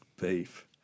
Beef